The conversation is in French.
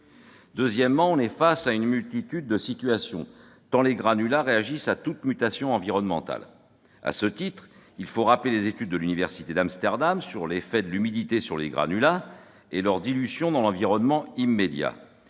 Deuxièmement, nous sommes face à une multitude de situations, tant les granulats réagissent à toute mutation environnementale. À ce titre, il faut rappeler les études de l'université d'Amsterdam sur l'effet de l'humidité sur les granulats et leur dilution dans l'environnement immédiat.